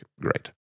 great